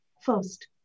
first